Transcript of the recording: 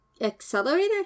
Accelerator